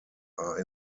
are